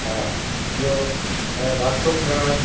हा ॿियों ऐं बाथरुम घणा आहिनि